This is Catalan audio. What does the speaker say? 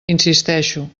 insisteixo